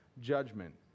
judgment